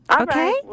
Okay